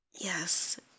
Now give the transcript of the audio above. Yes